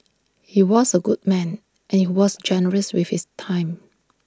he was A good man and he was generous with his time